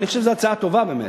אני חושב שזו הצעה טובה באמת.